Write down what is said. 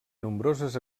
nombroses